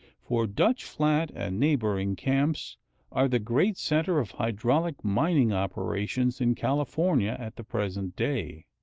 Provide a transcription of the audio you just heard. for dutch flat and neighboring camps are the great centre of hydraulic mining operations in california at the present day.